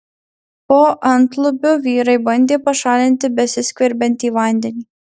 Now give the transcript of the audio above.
po antlubiu vyrai bandė pašalinti besiskverbiantį vandenį